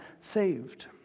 saved